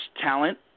talent